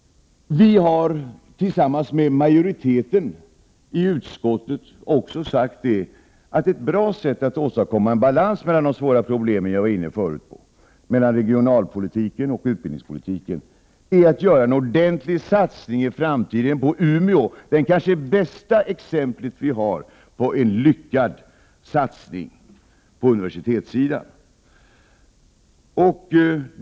Vi har tillsammans med majoriteten i utskottet också sagt att ett bra sätt att åstadkomma en balans mellan de svåra problem som jag var inne på förut, mellan regionalpolitiken och utbildningspolitiken, är att i framtiden göra en ordentlig satsning på Umeå, det kanske bästa exemplet på en lyckad satsning på högskolesidan.